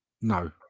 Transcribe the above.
no